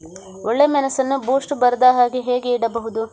ಒಳ್ಳೆಮೆಣಸನ್ನು ಬೂಸ್ಟ್ ಬರ್ದಹಾಗೆ ಹೇಗೆ ಇಡಬಹುದು?